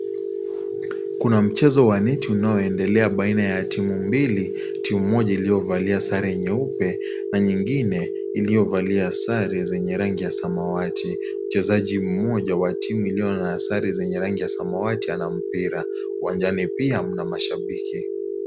Kuna mchezo wa neti unayoendelea baina ya timu mbili timu, moja iliyovalia zare nyeupe na nyingine iliyovalia zare zenye rangi za zamawati, mchezaji mmoja wa timu iliyo na zare zenye rangi ya zamawati anampira uwanjani pika mna mashabiki.